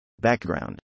Background